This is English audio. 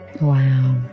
Wow